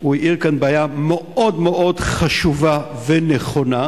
שהוא האיר כאן בעיה מאוד מאוד חשובה ונכונה,